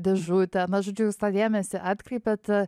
dėžutę na žodžiu jūs tą dėmesį atkreipiat